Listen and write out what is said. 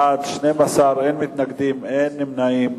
בעד, 12, נגד, אין, נמנעים,